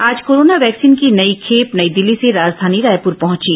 आज corona vaccine की नई खेप नई दिल्ली से राजघानी रायपुर पहुंची